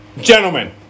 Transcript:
gentlemen